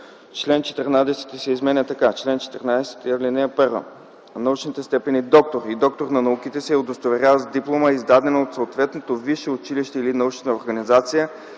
чл. 14 се изменя така: „Чл. 14. (1) Научните степени „доктор” и „доктор на науките” се удостоверяват с диплома, издадена от съответното висше училище или научна организация